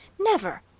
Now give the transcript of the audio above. Never